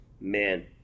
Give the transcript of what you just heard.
man